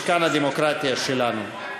משכן הדמוקרטיה שלנו.